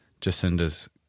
Jacinda's